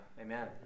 Amen